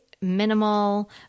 minimal